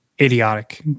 idiotic